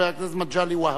חבר הכנסת מגלי והבה.